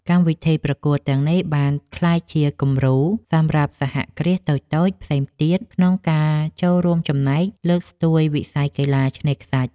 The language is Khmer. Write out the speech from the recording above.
កម្មវិធីប្រកួតទាំងនេះបានក្លាយជាគំរូសម្រាប់សហគ្រាសតូចៗផ្សេងទៀត ក្នុងការចូលរួមចំណែកលើកស្ទួយវិស័យកីឡាឆ្នេរខ្សាច់។